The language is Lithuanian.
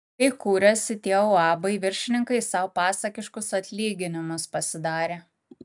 kai kūrėsi tie uabai viršininkai sau pasakiškus atlyginimus pasidarė